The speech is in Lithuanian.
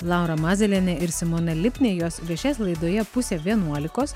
laura mazalienė ir simona lipnė jos viešės laidoje pusė vienuolikos